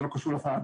זה לא קשור לוועדה,